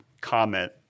comment